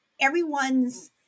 everyone's